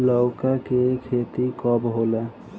लौका के खेती कब होला?